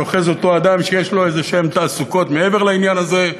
שאוחז אותו אדם שיש לו איזשהן תעסוקות מעבר לעניין הזה.